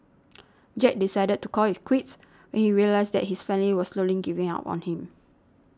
Jack decided to call it quits when he realised that his family was slowly giving up on him